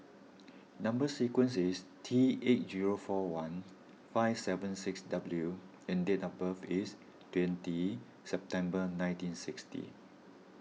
Number Sequence is T eight zero four one five seven six W and date of birth is twenty September nineteen sixty